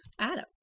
adam